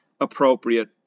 appropriate